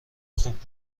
خوب